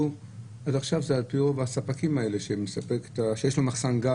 אז עכשיו היו הספקים האלה שיש להם מחסן גז.